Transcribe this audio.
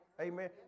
Amen